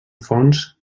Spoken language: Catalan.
fonts